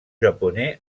japonais